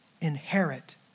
inherit